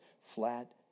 flat